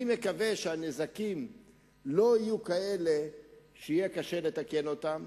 אני מקווה שהנזקים לא יהיו כאלה שיהיה קשה לתקן אותם,